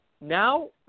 Now